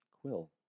Quill